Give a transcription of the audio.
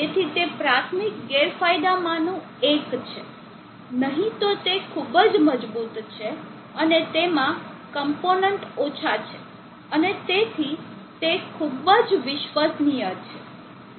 તેથી તે પ્રાથમિક ગેરફાયદામાંનું એક છે નહીં તો તે ખૂબ જ મજબૂત છે અને તેમાં કમ્પોનન્ટ ઓછા છે અને તેથી તે ખૂબ જ વિશ્વસનીય છે